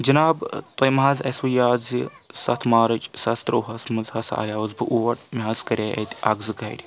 جِناب تۄہہِ مَجظ آسوٕ یاد زِ سَتھ مارٕچ زٕ ساس ترٛۆہَس منٛز ہَسا آیاوُس بہٕ اور مےٚ حظ کَرے اَتہِ اکھ زٕ گاڑِ